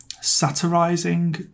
satirizing